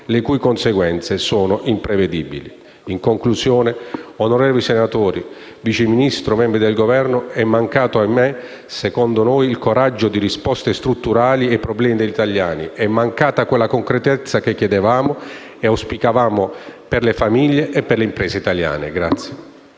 le cui conseguenze sono imprevedibili. In conclusione, onorevoli senatori, Vice Ministro, membri del Governo, secondo noi sono mancati - ahimè - il coraggio di risposte strutturali ai problemi degli italiani e quella concretezza che chiedevamo e auspicavamo per le famiglie e le imprese italiane.